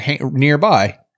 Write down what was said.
nearby